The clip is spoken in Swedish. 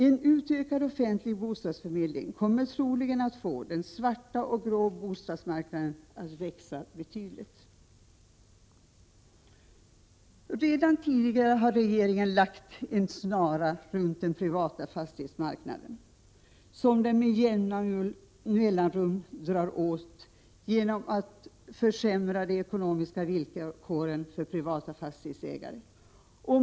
En utökad och offentlig bostadsförmedling kommer troligen att få den svarta och grå bostadsmarknaden att växa betydligt. Redan tidigare har regeringen lagt en snara runt den privata fastighetsmarknaden som den med jämna mellanrum drar åt genom att försämra de ekonomiska villkoren för privata fastighetsägare.